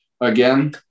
again